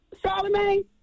Charlemagne